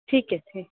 ਠੀਕ ਹੈ ਜੀ